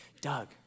Doug